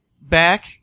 back